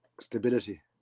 Stability